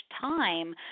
time